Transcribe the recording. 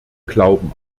glauben